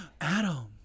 Adam